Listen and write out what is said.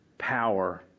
Power